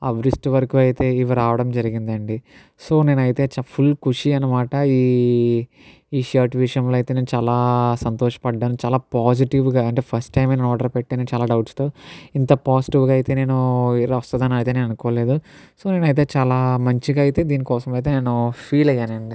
wrist వరకు అయితే ఇవి రావడం జరిగిందండి సో నేనైతే ఫుల్ ఖుషి అనమాట ఈ షర్ట్ విషయంలో అయితే నేను చాలా సంతోషపడ్డాను చాలా పాజిటివ్గా అంటే ఫస్ట్ టైం ఆర్డర్ పెట్టాను చాలా డౌట్స్తో ఇంత పాజిటివ్గా అయితే నేను వస్తుందని అయితే అనుకోలేదు సో నేనైతే చాలా మంచిగా అయితే దీనికోసం అయితే నేను ఫీలయ్యానండి